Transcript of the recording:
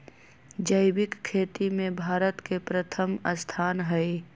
जैविक खेती में भारत के प्रथम स्थान हई